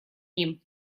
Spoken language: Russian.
ним